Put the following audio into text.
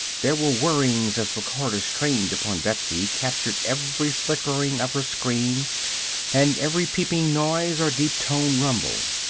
there were whirrings as recorders trained upon betsy captured every flickering of her screen and every peeping noise or deep-toned rumble.